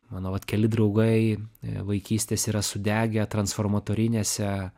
mano vat keli draugai vaikystės yra sudegę transformatorinėse